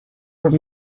were